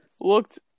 looked